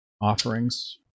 offerings